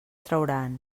trauran